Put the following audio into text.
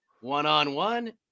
one-on-one